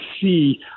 see